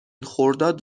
خرداد